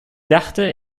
dachte